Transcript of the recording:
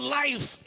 life